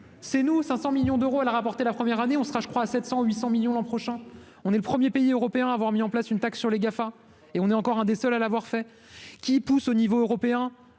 c'est nous, 500 millions de. Elle a remporté la première année, on sera, je crois à 700 800 millions l'an prochain, on est le 1er pays européen à avoir mis en place une taxe sur les GAFA et on est encore un des seuls à l'avoir fait, qui pousse au niveau européen,